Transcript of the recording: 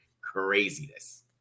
craziness